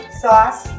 sauce